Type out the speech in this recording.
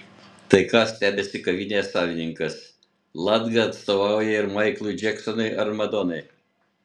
tai ką stebisi kavinės savininkas latga atstovauja ir maiklui džeksonui ar madonai